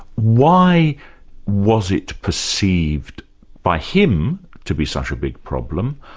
why was it perceived by him to be such a big problem,